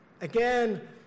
again